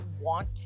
want